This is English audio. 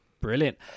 Brilliant